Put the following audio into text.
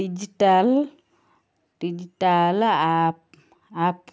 digital digital app app